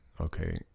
okay